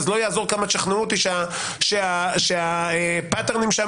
לא יעזור כמה תשכנעו אותי שהפטרנים שם